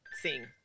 sing